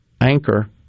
anchor